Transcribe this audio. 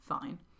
fine